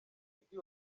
mugi